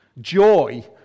Joy